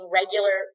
regular